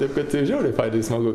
taip kad žiauriai fainai smagu